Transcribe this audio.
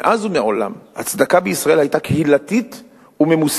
מאז ומעולם הצדקה בישראל היתה קהילתית וממוסדת.